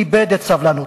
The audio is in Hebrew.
איבד את סבלנותו.